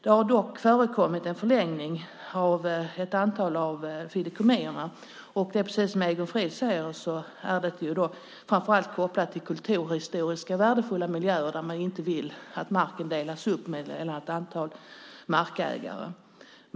Det har dock förekommit en förlängning av ett antal av fideikommissen, och precis som Egon Frid säger är det framför allt kopplingen till kulturhistoriskt värdefulla miljöer som gör att man inte vill att marken ska delas upp mellan ett antal markägare.